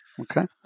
Okay